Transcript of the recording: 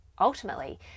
Ultimately